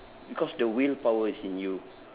because the willpower is in you